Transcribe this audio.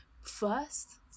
first